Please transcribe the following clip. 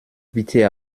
bitte